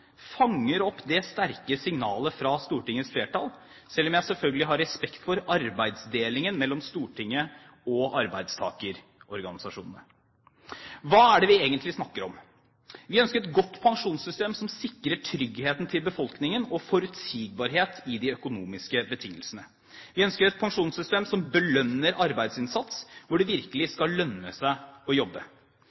fanger opp det sterke signalet fra Stortingets flertall, selv om jeg selvfølgelig har respekt for arbeidsdelingen mellom Stortinget og arbeidstakerorganisasjonene. Hva er det vi egentlig snakker om? Vi ønsker et godt pensjonssystem, som sikrer tryggheten til befolkningen og forutsigbarhet i de økonomiske betingelsene. Vi ønsker et pensjonssystem som belønner arbeidsinnsats, hvor det virkelig skal lønne seg å jobbe.